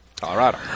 Colorado